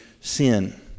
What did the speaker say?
sin